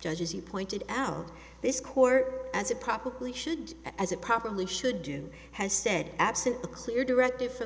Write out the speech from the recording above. judge as you pointed out this court as it probably should as it properly should do has said absent a clear directive from